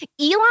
Elon